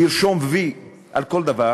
לרשום "וי" על כל דבר